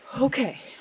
Okay